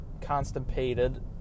constipated